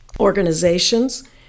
organizations